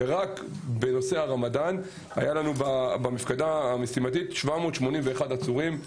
רק בנושא הרמדאן היו לנו במפקדה המשימתית 781 עצורים,